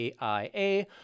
AIA